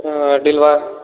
ಹಾಂ ಅಡ್ಡಿಲ್ವಾ